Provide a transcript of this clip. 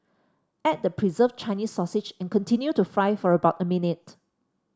add the preserved Chinese sausage and continue to fry for about a minute